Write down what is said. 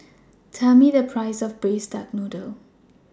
Tell Me The Price of Braised Duck Noodle